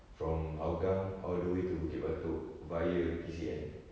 from hougang all the way to bukit batok via P_C_N